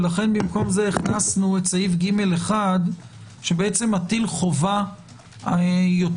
לכן במקום זה הכנסנו את סעיף ג1 שמטיל חובה יותר